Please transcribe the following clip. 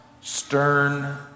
stern